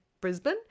Brisbane